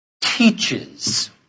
teaches